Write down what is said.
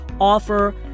offer